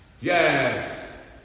Yes